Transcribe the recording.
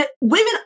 Women